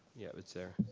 yeah, it's there.